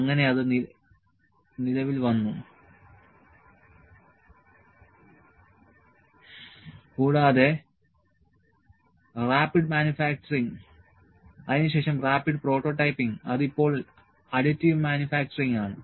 അങ്ങനെ അത് നിലവിൽ വന്നു കൂടാതെ റാപ്പിഡ് മാനുഫാക്ചറിങ് അതിനുശേഷം റാപ്പിഡ് പ്രോട്ടോടൈപ്പിങ് അത് ഇപ്പോൾ അഡിറ്റീവ് മാനുഫാക്ചറിങ് ആണ്